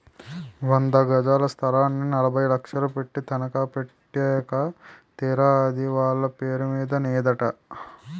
వంద గజాల స్థలాన్ని నలభై లక్షలు పెట్టి తనఖా పెట్టాక తీరా అది వాళ్ళ పేరు మీద నేదట